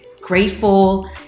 grateful